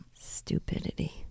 Stupidity